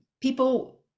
people